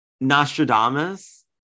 Nostradamus